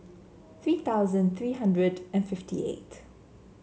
three thousand three hundred and fifty eight